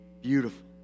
Beautiful